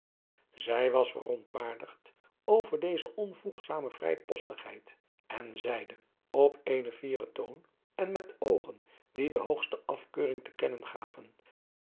zij was verontwaardigd over deze onvoegzame vrijpostigheid en zeide op eenen fieren toon en met oogen die de hoogste afkeuring te kennen gaven